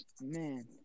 man